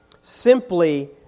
simply